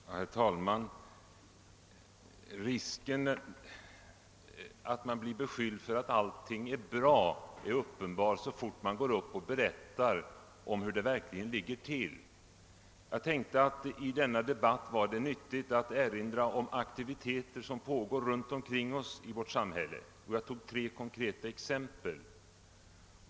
Herr talman! Risken att bli beskylld för att ha sagt att allting är bra är uppenbar så fort man går upp och berättar om hur det verkligen ligger till. Jag tänkte att det var nyttigt att i denna debatt erinra om de aktiviteter som pågår runt omkring oss i vårt samhälle, och jag tog upp tre konkreta exempel.